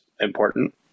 important